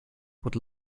would